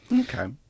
Okay